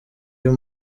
uyu